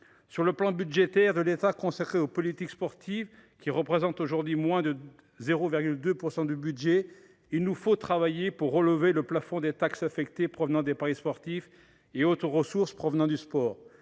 la part budgétaire de l’État consacrée à ces politiques, qui représente aujourd’hui moins de 0,2 % des crédits, il nous faut travailler pour relever le plafond des taxes affectées provenant des paris sportifs et autres ressources issues du sport,